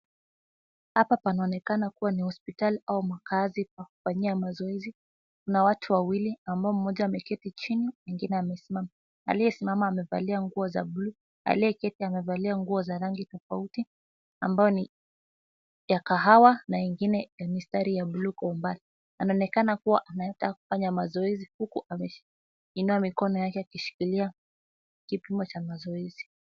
Hapa panaonekana kuwa ni hospitali au makazi pa kufanyia mazoezi. Kuna watu wawili ambao mmoja ameketi chini, mwingine amesimama. Aliyesimama amevalia nguo za bluu. Aliyeketi amevalia nguo za rangi tofauti ambao ni ya kahawa na ingine ya mistari ya bluu kwa umbali. Anaonekana kuwa anaenda kufanya mazoezi huku ameinua mikono yake akishikilia kipimo cha mazoezi.